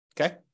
Okay